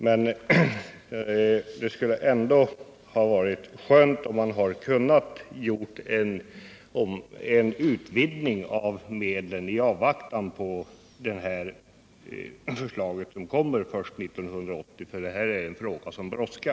Men det skulle ändå ha varit skönt om man hade kunnat göra en utvidgning av medlens användning i avvaktan på det förslag som kommer först 1980. Det här är någonting som brådskar.